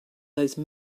those